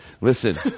Listen